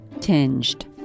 tinged